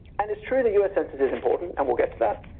and it's true the u s. census is important and we'll get to that.